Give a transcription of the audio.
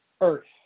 earth